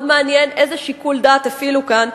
מאוד מעניין איזה שיקול דעת הפעילו כאן,